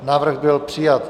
Návrh byl přijat.